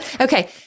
Okay